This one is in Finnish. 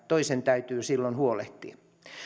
toisen täytyy silloin huolehtia